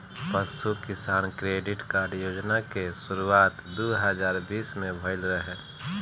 पशु किसान credit card योजना के शुरुआत दू हज़ार बीस में भइल रहे